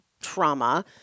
trauma